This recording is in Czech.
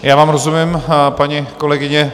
Já vám rozumím, paní kolegyně.